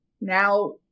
now